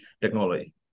technology